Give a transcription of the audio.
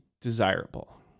desirable